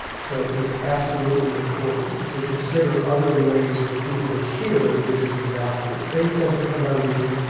so it's absolutely important to consider other ways for people to hear the good news of the gospel. faith doesn't come by reading.